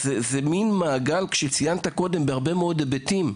זה מן מעגל שיש לו הרבה מאוד היבטים.